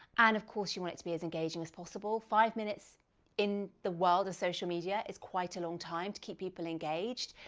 and of course, you want it to be as engaging as possible. five minutes in the world of social media is quite a long time to keep people engaged.